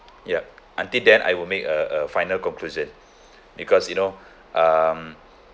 yup until then I will make a a final conclusion because you know um